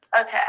Okay